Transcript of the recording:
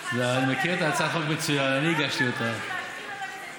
זה לא משהו להתחיל עליו דיון עם בדיקה.